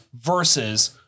versus